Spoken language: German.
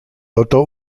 dotter